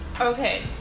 Okay